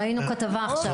ראינו כתבה עכשיו.